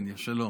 כן, שלום.